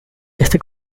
este